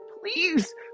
please